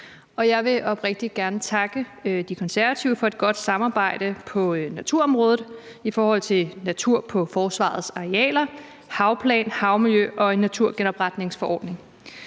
jeg vil oprigtigt gerne takke De Konservative for et godt samarbejde på naturområdet, i forhold til natur på Forsvarets arealer, havplan, havmiljø og en naturgenopretningsforordning.